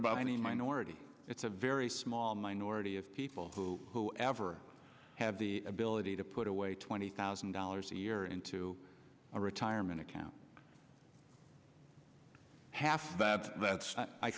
about any minority it's a very small minority of people who never have the ability to put away twenty thousand dollars a year into a retirement account half that's i